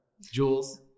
Jules